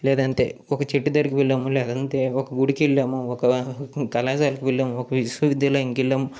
లేదంటే ఒక చెట్టు దగ్గరికి వెళ్ళాము లేదంటే ఒక గుడికి వెళ్ళాము ఒక కళాశాలకు వెళ్ళాము ఒక విశ్వవిద్యాలయానికి వెళ్ళాము